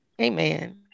Amen